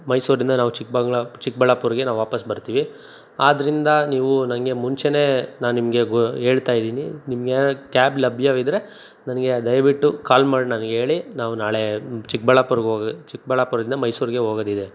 ಮೈಸೂರಿಂದ ನಾವು ಚಿಕ್ಕಬಂಗ್ಳಾ ಚಿಕ್ಕಬಳ್ಳಾಪುರ್ಕ್ಕೆ ನಾವು ವಾಪಾಸ್ ಬರ್ತೀವಿ ಆದ್ರಿಂದ ನೀವು ನಂಗೆ ಮುಂಚೆಯೇ ನಾನು ನಿಮಗೆ ಹೇಳ್ತಾಯಿದ್ದೀನಿ ನಿಮ್ಗೆನಾರ ಕ್ಯಾಬ್ ಲಭ್ಯವಿದ್ರೆ ನನಗೆ ದಯವಿಟ್ಟು ಕಾಲ್ ಮಾಡಿ ನನ್ಗೇಳಿ ನಾವು ನಾಳೆ ಚಿಕ್ಕಬಳ್ಳಾಪುರಕ್ಕೆ ಹೋಗಿ ಚಿಕ್ಬಳ್ಳಾಪುರದಿಂದ ಮೈಸೂರಿಗೆ ಹೋಗೋದಿದೆ